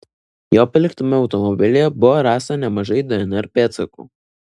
jo paliktame automobilyje buvo rasta nemažai dnr pėdsakų